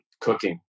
cooking